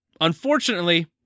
Unfortunately